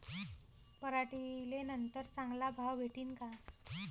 पराटीले नंतर चांगला भाव भेटीन का?